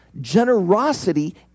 generosity